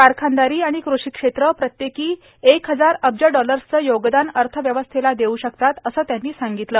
कारखानदारी आणि कृषी क्षेत्र प्रत्येकी एक हजार अब्ज डॉलर्सचं योगदान अर्थव्यवस्थेला देऊ शकतात असं त्यांनी सांगितलं